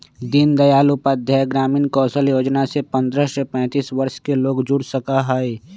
दीन दयाल उपाध्याय ग्रामीण कौशल योजना से पंद्रह से पैतींस वर्ष के लोग जुड़ सका हई